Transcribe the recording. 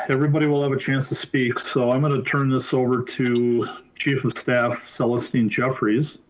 everybody will have a chance to speak. so i'm gonna turn this over to chief of staff, celestine jeffreys.